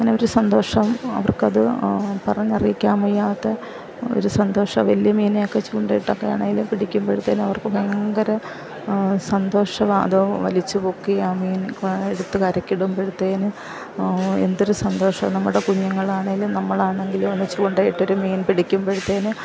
അങ്ങനെ ഒരു സന്തോഷം അവർക്ക് അത് പറഞ്ഞ അറിയിക്കാൻ വയ്യാത്ത ഒരു സന്തോഷമാണ് വലിയ് മീനൊക്കെ ചൂണ്ട ഇട്ടപ്പമ്ന് ആണെങ്കിലും പിടിക്കുമ്പഴത്തേക്ക് അവർക്ക് ഭയങ്കര സന്തോഷമാണ് അത് വലിച്ച് പൊക്കി ആ മീൻ എടുത്ത് കരക്ക് ഇടുമ്പഴത്തേക്ക് എന്തൊരു സന്തോഷമാണ് നമ്മുടെ കുഞ്ഞുങ്ങളാണെങ്കിലും നമ്മൾ ആണെങ്കിലും ചൂണ്ട ഇട്ട് ഒരു മീൻ പിടിക്കുമ്പോഴത്തേക്ക്